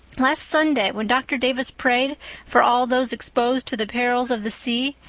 last sunday, when dr. davis prayed for all those exposed to the perils of the sea,